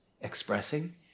expressing